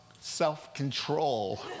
self-control